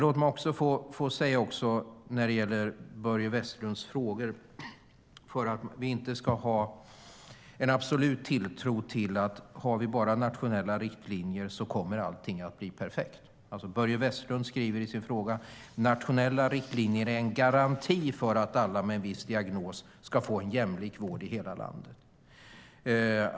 Låt mig dock när det gäller Börje Vestlunds frågor säga att vi inte ska ha en absolut tilltro till att allting kommer att bli perfekt bara vi har nationella riktlinjer. Börje Vestlund skriver i sin interpellation att nationella riktlinjer är "en garanti för att alla med en viss diagnos ska få en jämlik vård i hela landet".